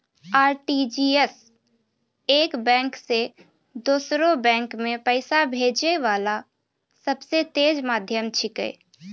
RTGS एक bank से दोसरो बैंक मे पैसा भेजै वाला सबसे तेज माध्यम छिकै